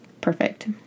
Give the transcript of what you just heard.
perfect